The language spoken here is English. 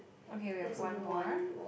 okay we have one more